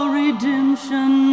redemption